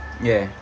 ya